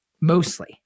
mostly